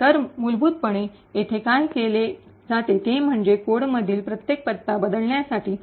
तर मूलभूतपणे येथे काय केले जाते ते म्हणजे कोडमधील प्रत्येक पत्ता बदलण्यासाठी